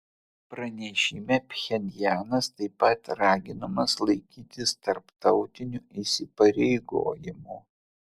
pranešime pchenjanas taip pat raginamas laikytis tarptautinių įsipareigojimų